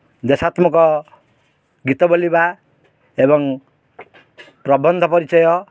ଦେଶାତ୍ମକ ଗୀତ ବୋଲିବା ଏବଂ ପ୍ରବନ୍ଧ ପରିଚୟ